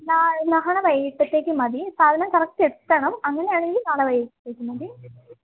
നാളെ വൈകിട്ടത്തേക്ക് മതി സാധനം കറക്റ്റ് എത്തണം അങ്ങനെയാണെങ്കിൽ നാളെ വൈകിട്ടത്തേക്ക് മതി